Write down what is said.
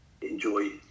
enjoy